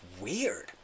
weird